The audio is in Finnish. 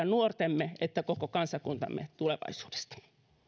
nuortemme että koko kansakuntamme tulevaisuudesta